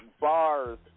bars